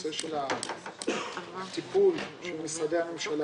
הנושא של הטיפול של משרדי הממשלה